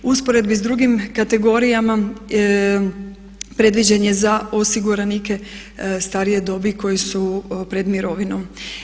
U usporedbi s drugim kategorijama predviđen je za osiguranike starije dobi koji su pred mirovinom.